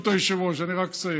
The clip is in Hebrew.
ברשות היושב-ראש, אני רק מסיים.